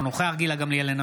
אינו נוכח גילה גמליאל,